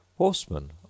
Horsemen